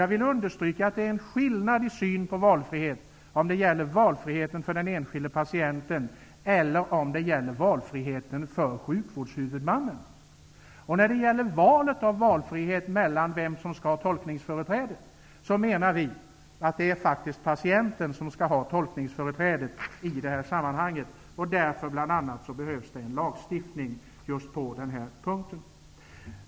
Jag vill understryka att det är en skillnad i synen på valfrihet, om det gäller valfriheten för den enskilde patienten eller om det gäller valfriheten för sjukvårdshuvudmannen. När det gäller valet av valfrihet mellan vem som skall ha tolkningsföreträde menar vi att det faktiskt är patienten som skall ha tolkningsföreträde i det här sammanhanget. Bl.a. därför behövs en lagstiftning just på den här punkten.